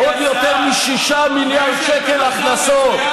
אדוני השר, עוד יותר מ-6 מיליארד שקל הכנסות.